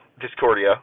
Discordia